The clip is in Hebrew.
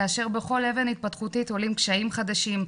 כאשר בכל אבן התפתחותית עולים קשיים חדשים,